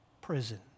prison